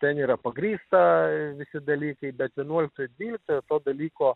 ten yra pagrįsta visi dalykai bet vienuoliktoj dvyliktoje to dalyko